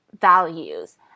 values